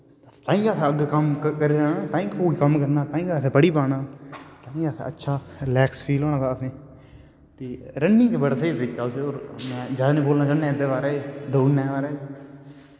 ताईं गै अस अग्गें कम्म करै ने तां ई गै असें पढ़ी पाना तां ई गै असें अच्छा रिलैक्स फील होना असेंगी ते रनिंग बड़ा स्हेई तरीका ऐ में जैदा निं बोलना चाह्न्ना ऐं एह्दे बारे च दौड़ने दे बारे च